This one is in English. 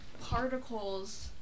Particles